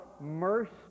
mercy